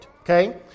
Okay